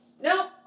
No